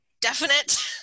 definite